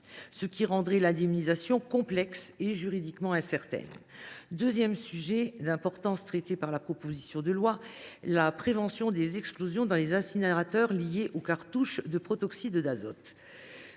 ce qui rendait l’indemnisation complexe et juridiquement incertaine. Le second sujet d’importance traité par la proposition de loi est la prévention des explosions dans les incinérateurs liées aux cartouches de protoxyde d’azote.